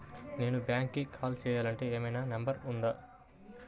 నేను బ్యాంక్కి కాల్ చేయాలంటే ఏమయినా నంబర్ ఉందా?